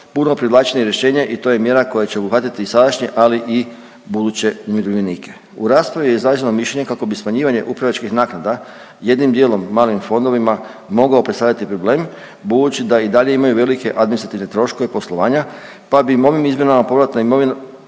puno privlačnije rješenje i to je mjera koja će obuhvatiti i sadašnje ali i buduće umirovljenike. U raspravi je izraženo mišljenje kako bi smanjivanje upravljačkih naknada jednim dijelom malim fondovima mogao predstavljati problem budući da i dalje imaju velike administrativne troškove poslovanje pa bi im ovim izmjenama povratna imovina